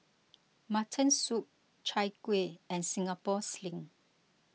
Mutton Soup Chai Kueh and Singapore Sling